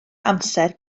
amser